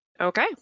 okay